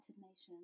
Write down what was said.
Nations